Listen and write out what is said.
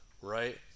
right